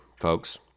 folks